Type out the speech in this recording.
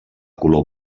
color